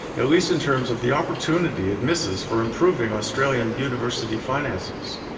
at least in terms of the opportunity it misses for improving australian university finances.